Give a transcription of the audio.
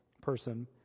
person